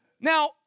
Now